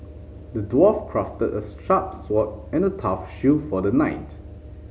the dwarf crafted a sharp sword and a tough shield for the knight